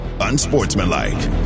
Unsportsmanlike